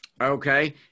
Okay